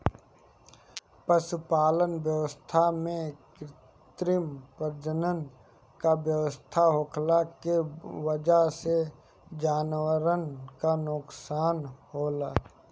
पशुपालन व्यवस्था में कृत्रिम प्रजनन क व्यवस्था होखला के वजह से जानवरन क नोकसान होला